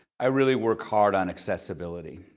i really work hard on accessibility.